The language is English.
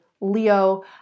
Leo